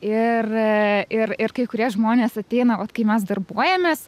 ir ir ir kai kurie žmonės ateina o kai mes darbuojamės